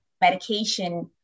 medication